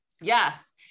Yes